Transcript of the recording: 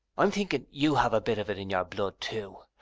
i'm thinking you have a bit of it in your blood, too.